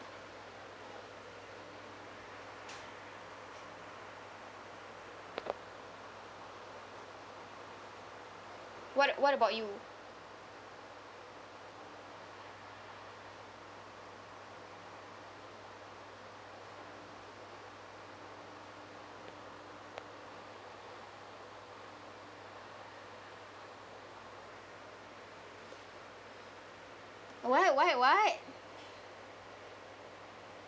what what about you what what what